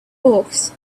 hawks